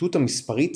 הנחיתות המספרית